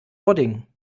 ording